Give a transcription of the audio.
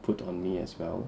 put on me as well